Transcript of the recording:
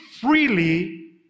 freely